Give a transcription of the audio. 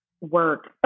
Work